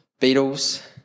Beatles